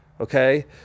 Okay